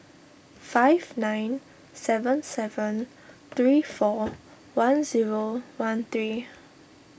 five nine seven seven three four one zero one three